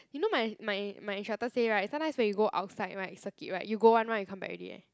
you know my my my instructor say [right] sometimes when you go outside [right] circuit [right] you go one round you come back already eh